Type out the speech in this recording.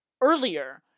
earlier